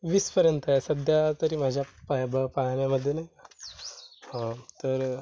वीसपर्यंत आहे सध्या तरी माझ्या पाहेबा पाहण्यामध्ये नाही हां तर